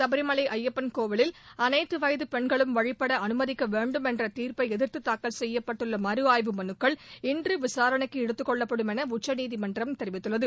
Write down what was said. சபரிமலை ஐயப்பன் கோவிலில் அனைத்து வயது பெண்களும் வழிப்பட அனுமதிக்க வேண்டும் என்ற தீர்ப்பை எதிர்த்து தாக்கல் செய்யப்பட்டுள்ள மறுஆய்வு மலுக்கள் இன்று விசாரணைக்கு எடுத்துக் கொள்ளப்படும் என உச்சநீதிமன்றம் தெரிவித்துள்ளது